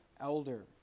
elder